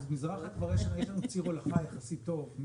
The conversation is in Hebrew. אז מזרחה כבר יש שם ציר הולכה יחסית טוב,